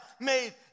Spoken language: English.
made